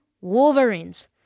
Wolverines